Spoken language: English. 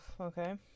okay